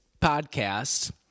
podcast